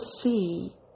see